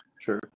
Sure